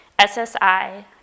SSI